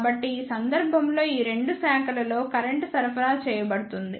కాబట్టి ఈ సందర్భంలో ఈ రెండు శాఖలలో కరెంట్ సరఫరా చేయబడుతుంది